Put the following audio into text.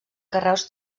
carreus